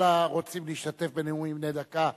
כל הרוצים להשתתף בנאומים בני דקה,